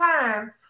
time